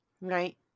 right